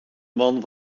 man